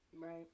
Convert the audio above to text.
Right